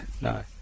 no